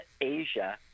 Asia